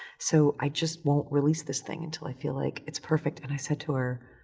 so i just won't release this thing until i feel like it's perfect. and i said to her,